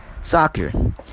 soccer